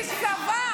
שקרנית.